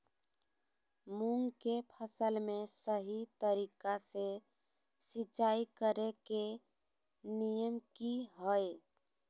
मूंग के फसल में सही तरीका से सिंचाई करें के नियम की हय?